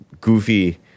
goofy